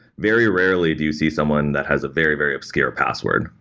very rarely do you see someone that has a very, very obscure passwords,